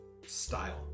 style